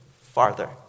farther